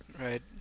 Right